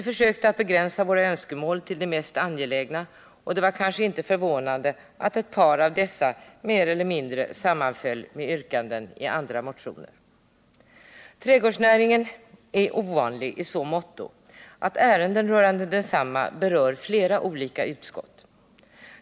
Vi försökte att begränsa våra önskemål till de mest angelägna, och det var kanske inte förvånande att ett par av dessa mer eller mindre sammanföll med yrkanden i andra motioner. Trädgårdsnäringen är ovanlig i så måtto att ärenden rörande densamma berör flera olika utskott.